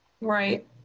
Right